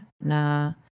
na